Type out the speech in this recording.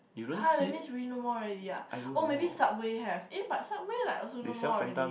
[huh] that's mean we no more already ah or maybe Subway have eh but Subway like also no more already